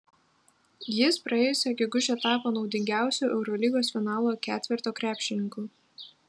jis praėjusią gegužę tapo naudingiausiu eurolygos finalo ketverto krepšininku